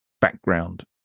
background